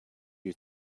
you